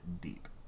deep